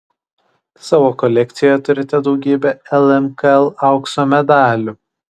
savo kolekcijoje turite daugybę lmkl aukso medalių